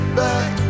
back